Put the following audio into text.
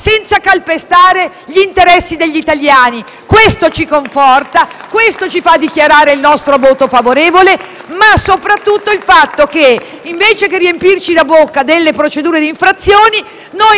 senza calpestare gli interessi degli italiani. Questo ci conforta e ci fa dichiarare il nostro voto favorevole, ma soprattutto il fatto che, invece che riempirci la bocca delle procedure di infrazione,